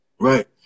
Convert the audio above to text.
Right